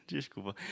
Desculpa